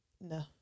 No